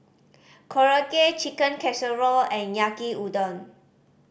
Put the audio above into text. Korokke Chicken Casserole and Yaki Udon